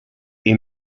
est